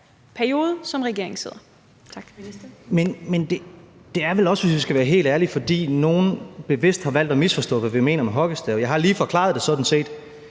(Dan Jørgensen): Men det er vel også, hvis vi skal være helt ærlige, fordi nogle bevidst har valgt at misforstå, hvad vi mener med hockeystav. Jeg har sådan set lige forklaret det. Altså, det